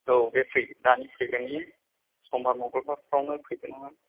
औ बे फैगोन दानि फैगोननि समबार मंगलबारफ्रावनो फैगोन नामा